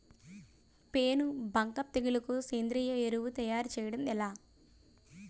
పేను బంక తెగులుకు సేంద్రీయ ఎరువు తయారు చేయడం ఎలా?